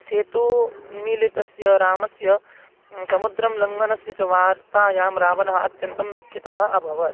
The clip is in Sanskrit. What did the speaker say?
सेतूनिमीलितस्य रामस्य समुद्रं लङ्घनस्य च वार्तायां रावणः अत्यन्तं दुःखितः अभवत्